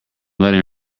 letting